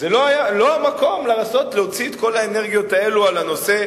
זה לא המקום להוציא את כל האנרגיות האלה על הנושא.